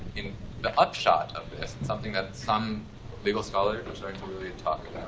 the upshot of this, it's something that some legal scholars are starting to really talk